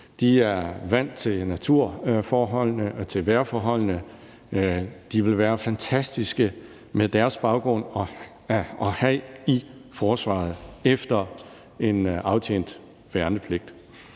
De er vant til naturforholdene og til vejrforholdene, og de vil med deres baggrund være fantastiske at have i forsvaret efter en aftjent værnepligt.